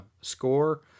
score